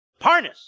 Parnas